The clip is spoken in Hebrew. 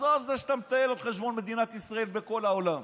עזוב את זה שאתה מטייל על חשבון מדינת ישראל בכל העולם.